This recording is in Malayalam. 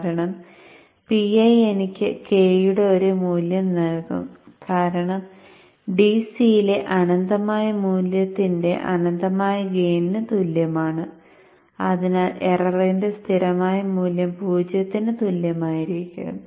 കാരണം PI എനിക്ക് k യുടെ ഒരു മൂല്യം നൽകും കാരണം DC യിലെ അനന്തമായ മൂല്യത്തിന്റെ അനന്തമായ ഗെയിനിനു തുല്യമാണ് അതിനാൽ എററിന്റെ സ്ഥിരമായ മൂല്യം 0 ന് തുല്യമായിരിക്കും